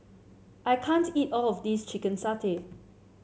I can't eat all of this Chicken Satay